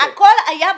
-- והכל היה בהתכתבות.